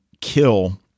kill